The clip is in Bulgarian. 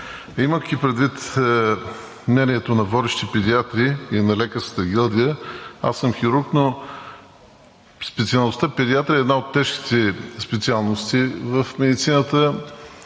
Имайки предвид мнението на водещи педиатри и на лекарската гилдия, аз съм хирург, но специалността „Педиатрия“ е една от тежките специалности в медицината,